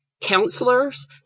counselors